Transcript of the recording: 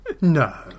no